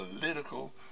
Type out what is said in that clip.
political